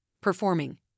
Performing